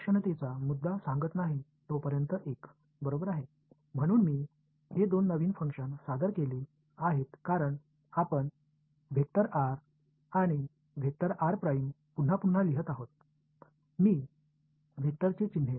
எனவே நான் இந்த இரண்டு புதிய செயல்பாடுகளையும் நான் அறிமுகப்படுத்தியுள்ளேன் ஏனென்றால் நாம் மற்றும் என்று மேலும் மேலும் எழுதப் போகிறோம் நான் வெக்டர் அடையாளத்தை r மேல் கைவிட்டேன்